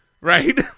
Right